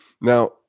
Now